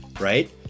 right